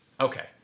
Okay